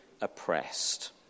oppressed